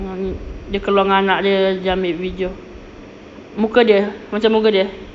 ah ni dia keluar dengan anak dia ambil video muka dia macam muka dia